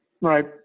Right